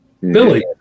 Billy